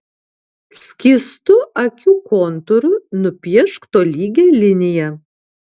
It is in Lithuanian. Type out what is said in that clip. skystu akių kontūru nupiešk tolygią liniją